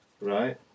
Right